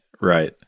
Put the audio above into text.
Right